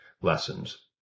lessons